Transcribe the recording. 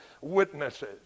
witnesses